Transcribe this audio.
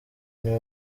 niwe